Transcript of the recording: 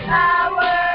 power